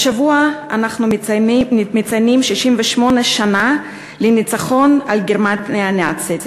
השבוע אנחנו מציינים 68 שנים לניצחון על גרמניה הנאצית.